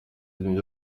nibyo